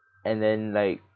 and then like